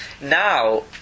Now